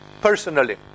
personally